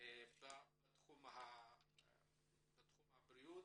בתחום הבריאות,